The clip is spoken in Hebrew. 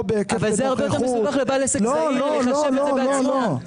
או בהיקף של נוכחות.